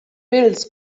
bills